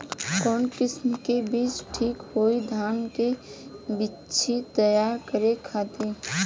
कवन किस्म के बीज ठीक होई धान के बिछी तैयार करे खातिर?